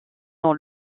dans